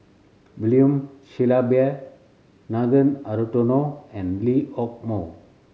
William Shellabear Nathan Hartono and Lee Hock Moh